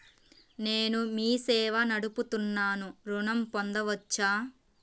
నేను మీ సేవా నడుపుతున్నాను ఋణం పొందవచ్చా?